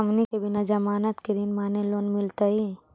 हमनी के बिना जमानत के ऋण माने लोन मिलतई?